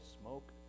smoke